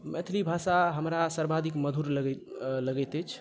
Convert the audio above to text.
मैथिली भाषा हमरा सर्वाधिक मधुर लगैत लगैत अछि